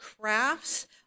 crafts